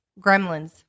Gremlins